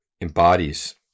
embodies